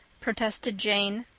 protested jane.